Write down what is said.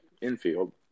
infield